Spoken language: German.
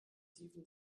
steven